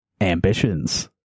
ambitions